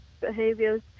behaviors